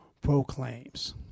proclaims